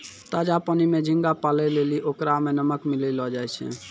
ताजा पानी में झींगा पालै लेली ओकरा में नमक मिलैलोॅ जाय छै